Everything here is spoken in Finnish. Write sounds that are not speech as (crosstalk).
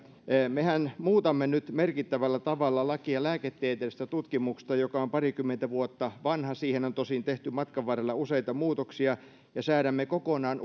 mehän muutamme nyt merkittävällä tavalla lakia lääketieteellisestä tutkimuksesta joka on parikymmentä vuotta vanha siihen on tosin tehty matkan varrella useita muutoksia ja säädämme kokonaan (unintelligible)